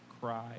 cry